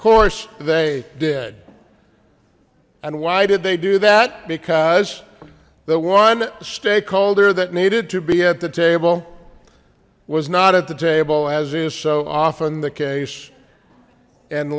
course they did and why did they do that because the one stakeholder that needed to be at the table was not at the table as is so often the case and